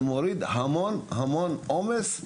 זה מוריד המון-המון עומס.